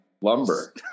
lumber